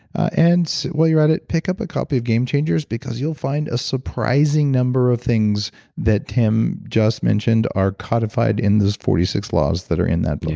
and while you're at it, pick up a copy of game changers because you'll find a surprising number of things that tim just mentioned are codified in these forty six laws that are in that book